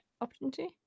opportunity